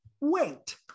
wait